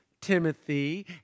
Timothy